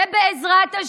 ובעזרת השם,